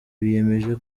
biyemeje